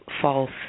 false